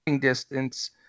distance